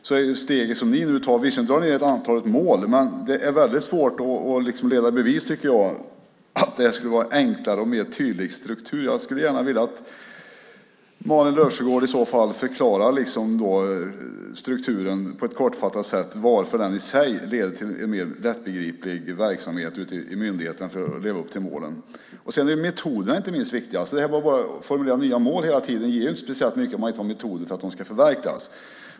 Men när det gäller det steg som ni nu tar drar ni visserligen ned antalet mål, men det är väldigt svårt att leda i bevis, tycker jag, att det här skulle vara en enklare och mer tydlig struktur. Jag skulle gärna vilja att Malin Löfsjögård i så fall förklarar strukturen på ett kortfattat sätt och varför den i sig leder till en mer lättbegriplig verksamhet ute i myndigheterna när det gäller att leva upp till målen. Sedan är inte minst metoderna viktiga. Att bara formulera nya mål hela tiden ger inte speciellt mycket om man inte har metoder för att de ska förverkligas.